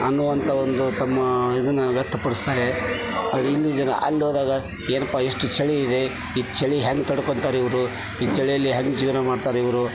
ಅನ್ನುವಂಥ ಒಂದು ತಮ್ಮ ಇದನ್ನು ವ್ಯಕ್ತಪಡಿಸ್ತಾರೆ ಆದರೆ ಇಲ್ಲಿ ಜನ ಅಲ್ಲಿ ಹೋದಾಗ ಏನಪ್ಪಾ ಎಷ್ಟು ಚಳಿ ಇದೆ ಈ ಚಳಿ ಹೇಗ್ ತಡ್ಕೊತಾರೆ ಇವರು ಈ ಚಳಿಯಲ್ಲಿ ಹೇಗ್ ಜೀವನ ಮಾಡ್ತಾರೆ ಇವರು